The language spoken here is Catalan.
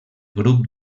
grup